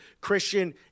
Christian